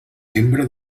membre